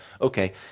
okay